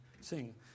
sing